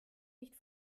nicht